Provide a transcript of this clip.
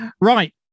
Right